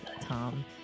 Tom